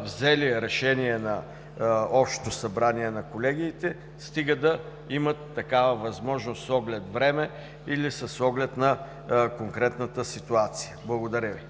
взели решение на общото събрание на колегиите, стига да имат такава възможност с оглед време или с оглед на конкретната ситуация. Благодаря Ви.